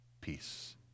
peace